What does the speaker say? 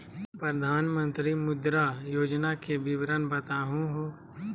प्रधानमंत्री मुद्रा योजना के विवरण बताहु हो?